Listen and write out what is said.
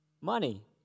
money